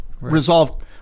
resolve